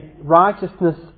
righteousness